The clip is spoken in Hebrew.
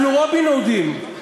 אנחנו רובין-הודים.